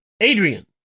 Adrian